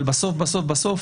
אבל צריך לזכור שבסוף בסוף בסוף